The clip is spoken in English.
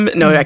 no